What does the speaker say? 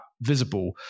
visible